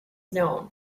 known